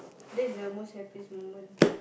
that's the most happiest moment